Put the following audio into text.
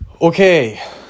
Okay